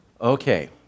Okay